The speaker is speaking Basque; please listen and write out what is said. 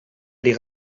ari